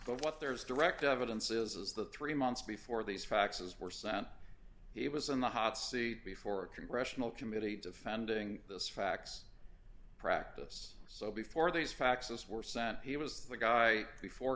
but there's direct evidence is the three months before these faxes were sent he was in the hot seat before a congressional committee defending those facts practice so before these faxes were sent he was the guy before